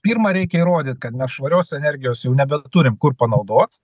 pirma reikia įrodyt kad nešvarios energijos jau nebeturim kur panaudot